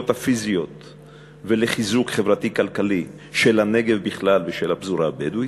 הפיזיות ולחיזוק חברתי-כלכלי של הנגב בכלל ושל הפזורה הבדואית,